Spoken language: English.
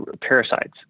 parasites